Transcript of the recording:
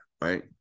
right